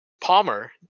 Palmer